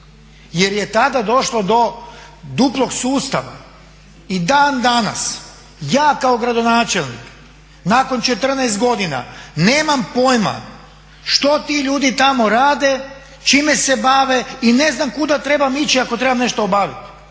jer je tada došlo do duplog sustava. I dan danas ja kao gradonačelnik nakon 14 godina nemam pojma što ti ljudi tamo rade, čime se bave i ne znam kuda trebam ići ako trebam nešto obaviti